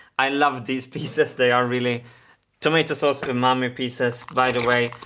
i love these pieces. they are really tomato sauce umami pieces. by the way,